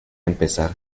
empezar